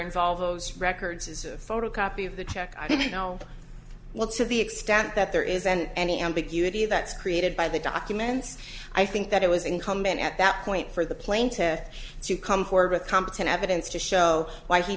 involved those records is a photocopy of the check i don't know what to the extent that there is and any ambiguity that's created by the documents i think that it was incumbent at that point for the plaintiff to come forward with competent evidence to show why he